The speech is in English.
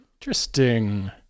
Interesting